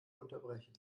unterbrechen